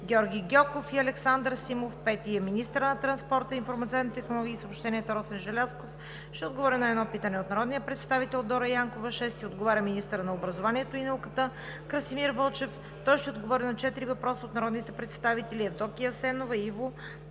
Георги Гьоков и Александър Симов. 5. Министърът на транспорта, информационните технологии и съобщенията Росен Желязков ще отговори на едно питане от народния представител Дора Янкова. 6. Министърът на образованието и науката Красимир Вълчев ще отговори на четири въпроса от народните представители Евдокия Асенова; Иво